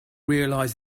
realise